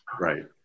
right